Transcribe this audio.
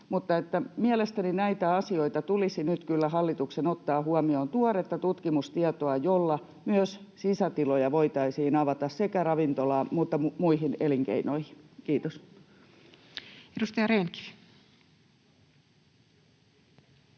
Mielestäni näitä asioita tulisi nyt kyllä hallituksen ottaa huomioon, tuoretta tutkimustietoa, jolla myös sisätiloja voitaisiin avata sekä ravintolaelinkeinon että muiden elinkeinojen käyttöön. — Kiitos. Edustaja Rehn-Kivi.